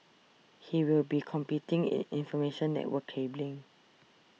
he will be competing in information network cabling